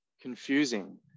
confusing